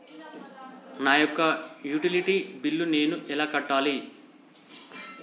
నా యొక్క utility bill నేను ఎలా కట్టాలి?